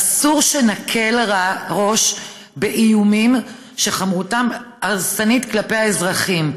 אסור שנקל ראש באיומים שחומרתם הרסנית כלפי האזרחים.